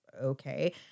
Okay